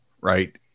right